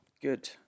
Good